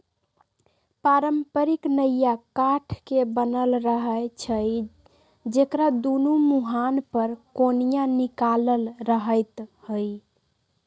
पारंपरिक नइया काठ के बनल रहै छइ जेकरा दुनो मूहान पर कोनिया निकालल रहैत हइ